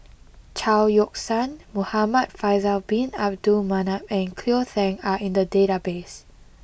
Chao Yoke San Muhamad Faisal Bin Abdul Manap and Cleo Thang are in the database